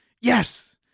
yes